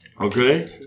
Okay